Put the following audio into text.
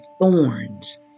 thorns